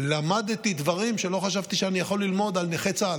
למדתי דברים שלא חשבתי שאני יכול ללמוד על נכי צה"ל.